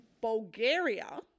Bulgaria